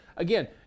Again